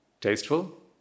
tasteful